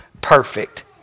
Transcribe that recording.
perfect